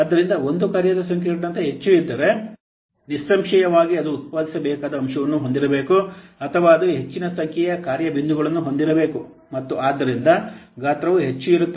ಆದ್ದರಿಂದ ಒಂದು ಕಾರ್ಯದ ಸಂಕೀರ್ಣತೆ ಹೆಚ್ಚು ಇದ್ದರೆ ನಿಸ್ಸಂಶಯವಾಗಿ ಅದು ಉತ್ಪಾದಿಸಬೇಕಾದ ಅಂಶವನ್ನು ಹೊಂದಿರಬೇಕು ಅಥವಾ ಅದು ಹೆಚ್ಚಿನ ಸಂಖ್ಯೆಯ ಕಾರ್ಯ ಬಿಂದುಗಳನ್ನು ಹೊಂದಿರಬೇಕು ಮತ್ತು ಆದ್ದರಿಂದ ಗಾತ್ರವು ಹೆಚ್ಚು ಇರುತ್ತದೆ